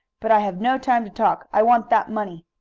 but i have no time to talk i want that money!